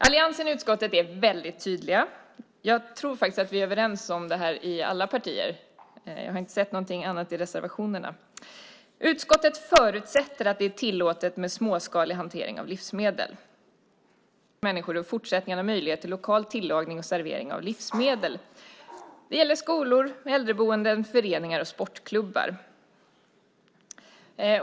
Alliansen och utskottet är väldigt tydliga. Jag tror faktiskt att vi är överens om detta i alla partier. Jag har inte sett något annat i reservationerna. Utskottet förutsätter att det är tillåtet med småskalig hantering av livsmedel. Vi tycker alltså att det är viktigt att människor även i fortsättningen har möjlighet till lokal tillagning och servering av livsmedel. Det gäller skolor, äldreboende, föreningar och sportklubbar.